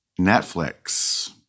netflix